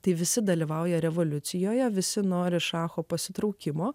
tai visi dalyvauja revoliucijoje visi nori šacho pasitraukimo